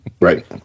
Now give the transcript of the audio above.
Right